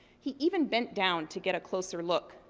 he even bent down, to get a closer look,